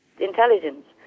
intelligence